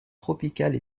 tropicales